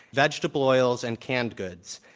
vegetable oils, and canned goods.